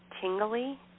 tingly